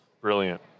Brilliant